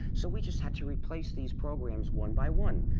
so we just had to replace these programs one by one.